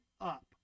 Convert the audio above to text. up